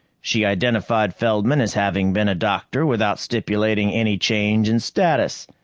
she identified feldman as having been a doctor, without stipulating any change in status.